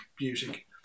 music